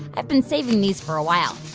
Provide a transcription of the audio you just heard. i've been saving these for a while.